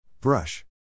Brush